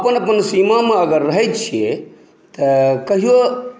अपन अपन सीमामे अगर रहै छियै तऽ कहियो